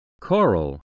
Coral